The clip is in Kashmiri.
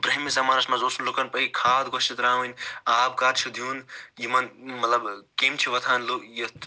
برٛونٛہمس زَمانَس منٛز اوس نہٕ لوٗکَن پیی خاد کۄس چھِ ترٛاوٕنۍ آب کر چھُ دیٛن یِمَن مطلب کیٚمۍ چھِ وۄتھان یَتھ